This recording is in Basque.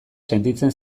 sentitzen